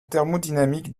thermodynamique